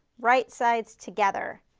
right sides together.